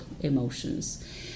emotions